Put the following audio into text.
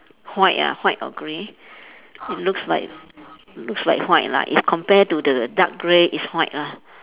white ah white or grey it looks like looks like white lah if compare to the dark grey it's white ah